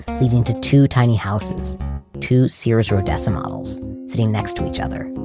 leading to to tiny houses two sears rodessa models sitting next to each other.